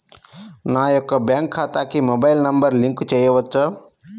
నా యొక్క బ్యాంక్ ఖాతాకి మొబైల్ నంబర్ లింక్ చేయవచ్చా?